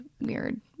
weird